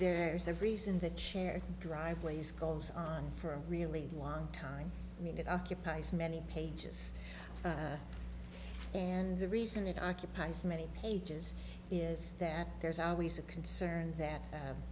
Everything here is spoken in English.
there's a reason that share driveways goes on for a really want time i mean it occupies many pages and the reason it occupies many ages is that there's always a concern that